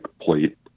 plate